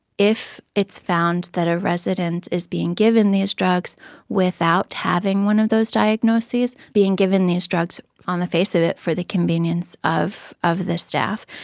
if it's found that a resident is being given these drugs without having one of those diagnoses, being given these drugs, on the face of it, for the convenience of of the staff,